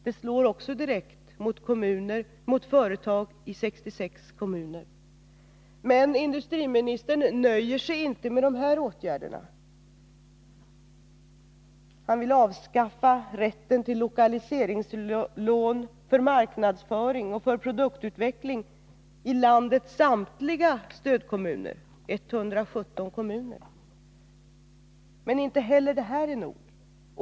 Det slår också direkt mot anställda och Men industriministern nöjer sig inte med dessa åtgärder. Han vill avskaffa rätten till lokaliseringslån för marknadsföring och produktutveckling i landets samtliga stödkommuner — 117 kommuner. Men inte heller detta är nog.